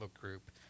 group